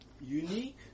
unique